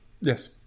yes